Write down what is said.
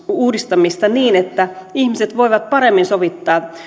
uudistamista niin että ihmiset voivat paremmin sovittaa